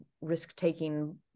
risk-taking